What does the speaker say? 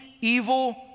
evil